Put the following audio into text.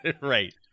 Right